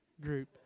group